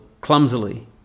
clumsily